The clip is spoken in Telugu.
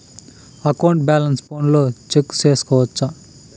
అకౌంట్ బ్యాలెన్స్ ఫోనులో చెక్కు సేసుకోవచ్చా